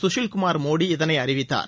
சுஷில் குமார் மோடி இதனை அறிவித்தார்